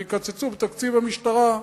ויקצצו בתקציב המשטרה,